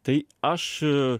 tai aš